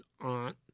aunt